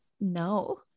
no